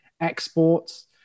exports